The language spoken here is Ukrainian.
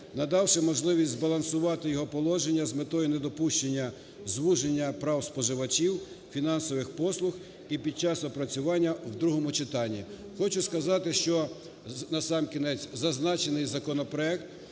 надавши можливість збалансувати його положення з метою недопущення звуження прав споживачів фінансових послуг і під час опрацювання в другому читанні. Хочу сказати, що, насамкінець, зазначений законопроект